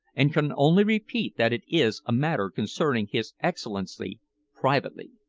and can only repeat that it is a matter concerning his excellency privately.